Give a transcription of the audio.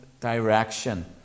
direction